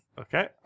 Okay